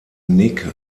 nick